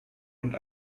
und